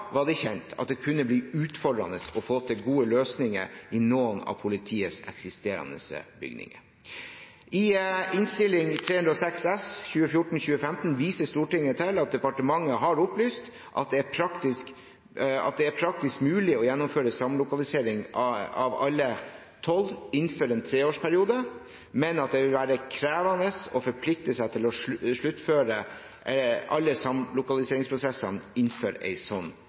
var det kjent at det kunne bli utfordrende å få til gode løsninger i noen av politiets eksisterende bygninger. I Innst. 306 S for 2014–2015 viser Stortinget til at departementet har opplyst at det er praktisk mulig å gjennomføre samlokalisering av alle tolv innenfor en treårsperiode, men at det vil være krevende å forplikte seg til å sluttføre alle samlokaliseringsprosessene